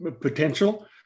potential